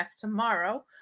tomorrow